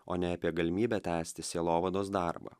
o ne apie galimybę tęsti sielovados darbą